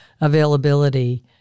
availability